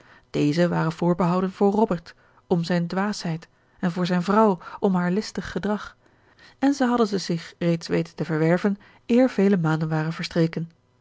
deze waren voorbehouden voor robert om zijn dwaasheid en voor zijne vrouw om haar listig gedrag en zij hadden ze zich reeds weten te verwerven eer vele maanden waren verstreken